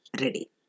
ready